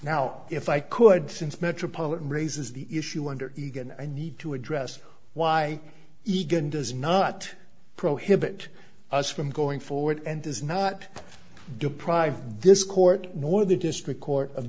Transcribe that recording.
now if i could since metropolitan raises the issue under eagan i need to address why egan does not prohibit us from going forward and does not deprive this court nor the district court of